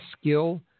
skill